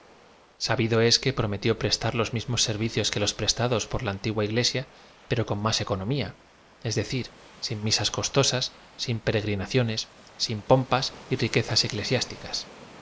sabido es que prometió prestar loa mis mos servicioa que loa prestados por la antigua iglesia pero con máa economía es decir sin misaa costosas sin peregrinaciones sin pompas y riquezas